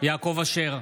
יעקב אשר,